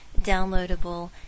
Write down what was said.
downloadable